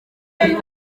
iyo